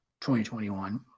2021